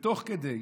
ותוך כדי,